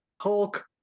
Hulk